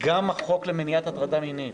גם החוק למניעת הטרדה מינית,